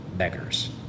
beggars